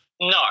No